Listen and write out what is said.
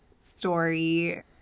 story